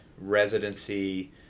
residency